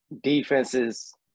defenses